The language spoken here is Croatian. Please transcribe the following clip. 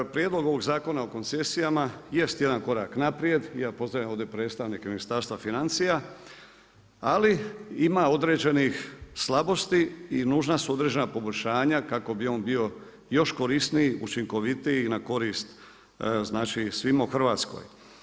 Prijedlog ovog Zakona o koncesijama jest jedan korak naprijed i ja pozdravljam ovdje predstavnika Ministarstva financija, ali ima određenih slabosti i nužna su određena poboljšanja kako bi on bio još korisniji, učinkovitiji i na korist znači svima u Hrvatskoj.